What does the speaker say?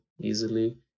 easily